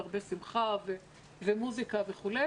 הרבה שמחה ומוזיקה וכו'.